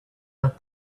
out